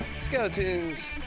Skeletons